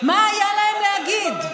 מה היה להם להגיד?